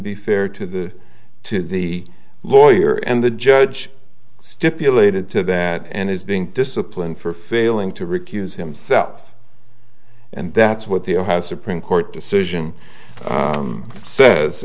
be fair to the to the lawyer and the judge stipulated to that and is being disciplined for failing to recuse himself and that's what the a has supreme court decision says